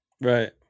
Right